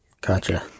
Gotcha